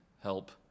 help